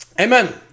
Amen